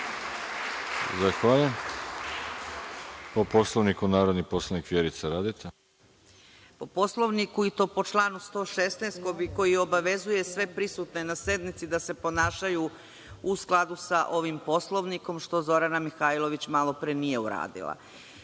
Zahvaljujem. Po Poslovniku, narodni poslanik Vjerica Radeta. **Vjerica Radeta** Po Poslovniku, i to po članu 116. koji obavezuje sve prisutne na sednici da se ponašaju u skladu sa ovim Poslovnikom, što Zorana Mihajlović malopre nije uradila. Dakle,